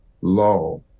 law